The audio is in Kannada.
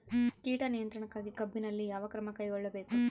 ಕೇಟ ನಿಯಂತ್ರಣಕ್ಕಾಗಿ ಕಬ್ಬಿನಲ್ಲಿ ಯಾವ ಕ್ರಮ ಕೈಗೊಳ್ಳಬೇಕು?